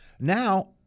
Now